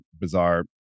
bizarre